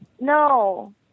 no